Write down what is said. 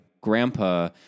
grandpa